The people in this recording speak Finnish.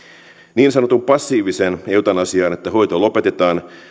niin sanotun passiivisen eutanasian että hoito lopetetaan